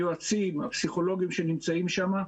היועצים והפסיכולוגים שנמצאים שם,